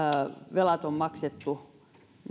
velat on maksettu